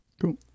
Cool